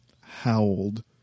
howled